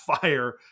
fire